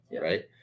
Right